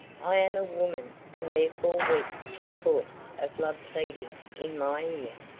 i am a woman and therefore weak to the voice of love pleading in my ear.